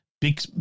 Big